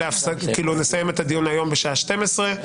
נסיים את הדיון בשעה 12:00,